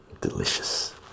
Delicious